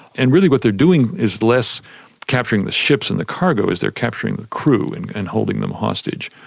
and really what they're doing is less capturing the ships and the cargo, is they're capturing the crew and and holding them hostage.